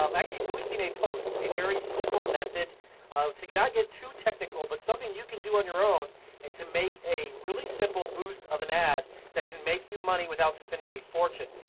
um actually boosting a post. a very simple method to not get too technical but something you can do on your own and to make a really simple boost of an ad that can make you money without spending a fortune.